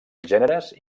gèneres